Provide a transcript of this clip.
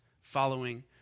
following